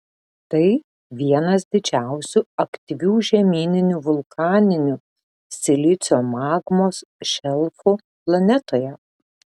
tai vienas didžiausių aktyvių žemyninių vulkaninių silicio magmos šelfų planetoje